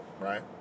right